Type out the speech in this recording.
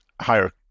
Higher